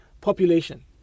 population